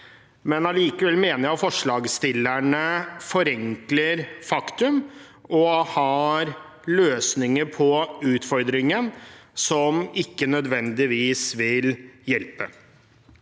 mener likevel at forslagsstillerne forenkler faktum og har løsninger på utfordringen som ikke nødvendigvis vil hjelpe.